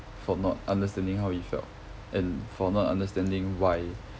for not understanding how he felt and for not understanding why